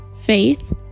faith